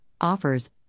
offers